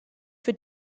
für